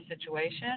situation